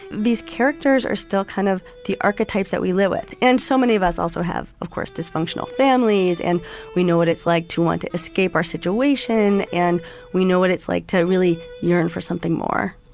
these characters are still kind of the archetypes that we live with and so many of us also have, of course, dysfunctional families and we know what it's like to want to escape our situation. and we know what it's like to really yearn for something more